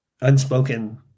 unspoken